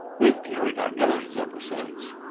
we've carried our guns ever since.